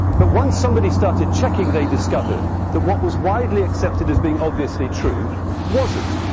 but once somebody started checking, they discovered that what was widely accepted as being obviously true wasn't.